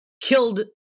killed